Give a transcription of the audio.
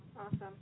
Awesome